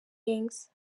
gangs